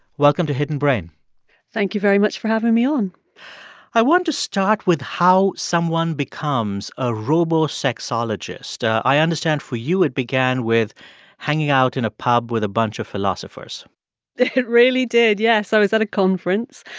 welcome to hidden brain thank you very much for having me on i want to start with how someone becomes a robo sexologist. i understand for you it began with hanging out in a pub with a bunch of philosophers it really did, yes. i was at a conference,